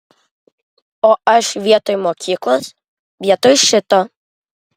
o aš vietoj mokyklos vietoj šito